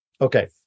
Okay